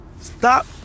Stop